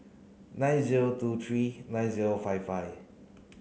nine zero two three nine zero five five